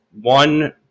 One